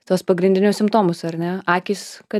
tuos pagrindinius simptomus ar ne akys kad